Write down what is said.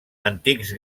antics